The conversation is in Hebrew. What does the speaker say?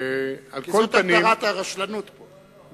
כי זאת הגדרת הרשלנות פה.